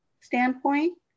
standpoint